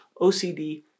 OCD